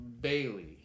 Bailey